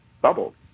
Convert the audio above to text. bubble